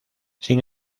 sin